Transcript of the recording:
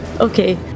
Okay